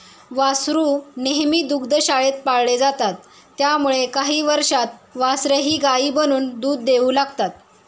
वासरू नेहमी दुग्धशाळेत पाळले जातात त्यामुळे काही वर्षांत वासरेही गायी बनून दूध देऊ लागतात